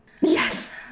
Yes